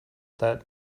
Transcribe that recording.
that